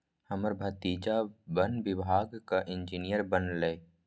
हमर भतीजा वन विभागक इंजीनियर बनलैए